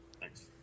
Thanks